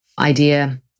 idea